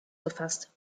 befasst